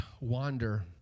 wander